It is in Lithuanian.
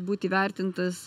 būt įvertintas